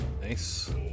Nice